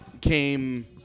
came